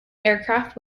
aircraft